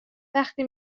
وقتی